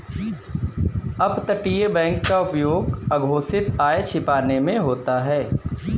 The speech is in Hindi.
अपतटीय बैंक का उपयोग अघोषित आय छिपाने में होता है